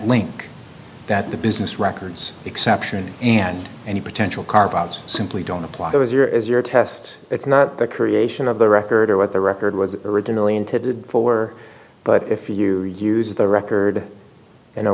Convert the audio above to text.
link that the business records exception and any potential carve outs simply don't apply that was your is your test it's not the creation of the record or what the record was originally intended for but if you use the record in a